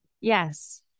Yes